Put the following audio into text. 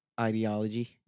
ideology